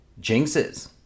Jinxes